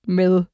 med